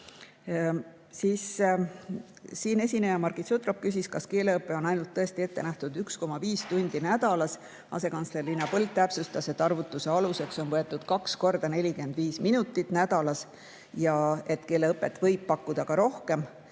Siinesineja, Margit Sutrop küsis, kas keeleõpet on tõesti ette nähtud ainult 1,5 tundi nädalas. Asekantsler Liina Põld täpsustas, et arvutuse aluseks on võetud kaks korda 45 minutit nädalas ja et keeleõpet võib pakkuda ka rohkem,